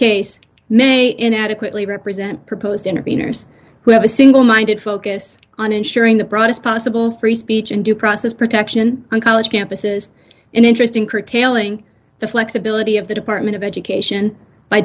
case may in adequately represent proposed intervenors who have a single minded focus on ensuring the broadest possible free speech and due process protection on college campuses in interesting curtailing the flexibility of the department of education by